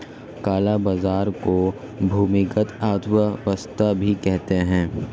काला बाजार को भूमिगत अर्थव्यवस्था भी कहते हैं